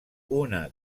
una